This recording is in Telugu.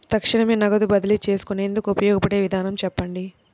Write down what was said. తక్షణమే నగదు బదిలీ చేసుకునేందుకు ఉపయోగపడే విధానము చెప్పండి?